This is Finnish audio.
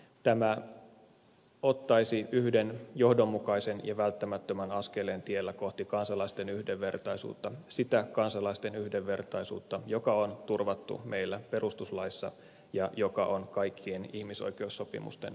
tämä ottaisi yhden johdonmukaisen ja välttämättömän askelen tiellä kohti kansalaisten yhdenvertaisuutta sitä kansalaisten yhdenvertaisuutta joka on turvattu meillä perustuslaissa ja joka on kaikkien ihmisoikeussopimusten pohjana